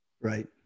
Right